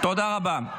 תודה רבה.